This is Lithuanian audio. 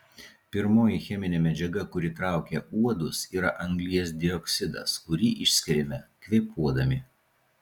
pirmoji cheminė medžiaga kuri traukia uodus yra anglies dioksidas kurį išskiriame kvėpuodami